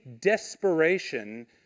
desperation